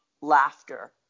laughter